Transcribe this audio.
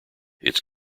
its